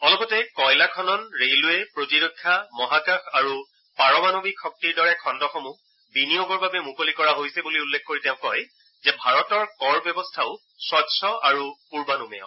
অলপতে কয়লা খনন ৰেলৱে প্ৰতিৰক্ষা মহাকাশ আৰু পাৰমাণৱিক শক্তিৰ দৰে খণ্ডসমূহ বিনিয়োগৰ বাবে মুকলি কৰা হৈছে বুলি উল্লেখ কৰি তেওঁ কয় যে ভাৰতৰ কৰ ব্যৱস্থাও স্বছ্ আৰু পূৰ্বানুমেয়